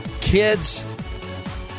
kids